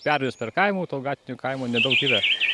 perėjus per kaimų to gatvinio kaimo nedaug yra